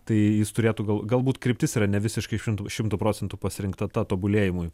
tai jis turėtų gal galbūt kryptis yra ne visiškai šimtu šimtu procentų pasirinkta ta tobulėjimui